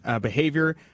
behavior